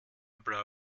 bla